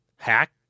hack